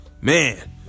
man